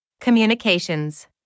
Communications